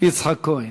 יצחק כהן.